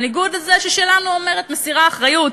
בניגוד לזו שלנו שמסירה אחריות,